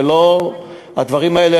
הדברים האלה,